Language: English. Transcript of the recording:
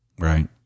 Right